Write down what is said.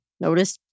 notice